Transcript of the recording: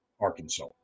arkansas